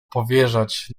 powierzać